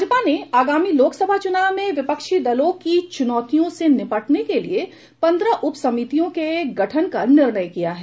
भाजपा ने आगामी लोकसभा चुनाव में विपक्षी दलों की चुनौतियों से निपटने के लिए पंद्रह उपसमितियों के गठन का निर्णय किया है